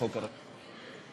חבר הכנסת